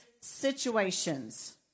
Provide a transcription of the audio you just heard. situations